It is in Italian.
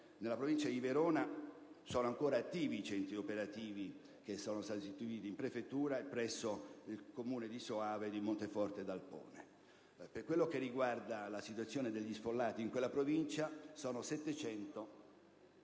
nella provincia di Verona sono ancora attivi i centri operativi che sono stati istituiti in prefettura e presso i comuni di Soave e di Monteforte d'Alpone. Per quanto riguarda la situazione degli sfollati in quella Provincia, sono 700